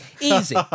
easy